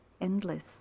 endless